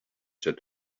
said